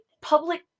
public